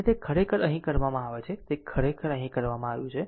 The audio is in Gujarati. અને તે ખરેખર અહીં કરવામાં આવે છે તે ખરેખર અહીં કરવામાં આવ્યું છે